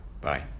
Bye